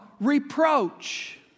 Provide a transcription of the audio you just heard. reproach